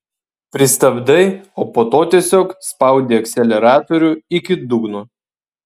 pristabdai o po to tiesiog spaudi akceleratorių iki dugno